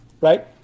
right